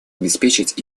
обеспечить